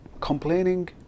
complaining